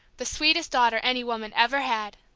the sweetest daughter any woman ever had.